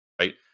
Right